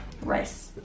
rice